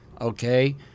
Okay